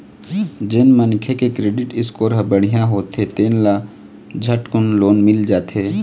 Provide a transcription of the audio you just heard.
जेन मनखे के क्रेडिट स्कोर ह बड़िहा होथे तेन ल झटकुन लोन मिल जाथे